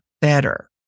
better